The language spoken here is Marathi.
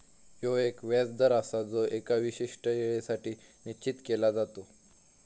ह्यो एक व्याज दर आसा जो एका विशिष्ट येळेसाठी निश्चित केलो जाता